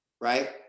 right